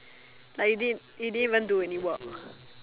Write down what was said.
like you didn't didn't even do any work